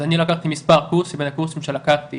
אז אני לקחתי מספר קורסים, והקורסים שלקחתי